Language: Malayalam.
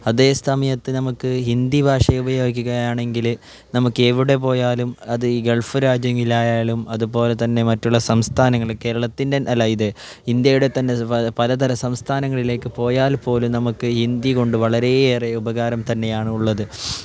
അതേ സമയത്ത് നമുക്ക് ഹിന്ദി ഭാഷ ഉപയോഗിക്കുകയാണെങ്കിൽ നമുക്ക് എവിടെ പോയാലും അത് ഈ ഗൾഫ് രാജ്യങ്ങൾ ആയാലും അതുപോലെ തന്നെ മറ്റുള്ള സംസ്ഥാനങ്ങളിൽ കേരളത്തിൻ്റെ അല്ല ഇത് ഇന്ത്യയുടെ തന്നെ പല തരം സംസ്ഥാനങ്ങളിലേക്ക് പോയാൽ പോലും നമുക്ക് ഹിന്ദി കൊണ്ട് വളരെയേറെ ഉപകാരം തന്നെയാണ് ഉള്ളത്